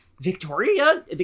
Victoria